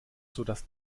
sodass